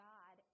God